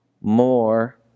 More